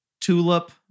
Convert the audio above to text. tulip